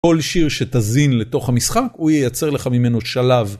כל שיר שתזין לתוך המשחק הוא יייצר לך ממנו שלב.